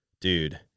Dude